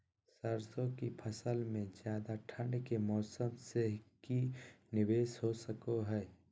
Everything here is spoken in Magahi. सरसों की फसल में ज्यादा ठंड के मौसम से की निवेस हो सको हय?